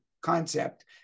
concept